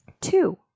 Two